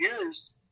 years